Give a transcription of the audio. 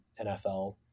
NFL